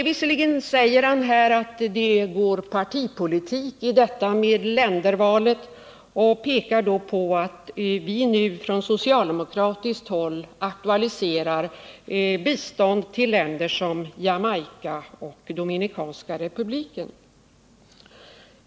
Visserligen säger han att det är partipolitik i ländervalet, och han pekar då på att vi på socialdemokratiskt håll aktualiserar bistånd till länder som Jamaica och Dominikanska republiken.